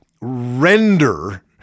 render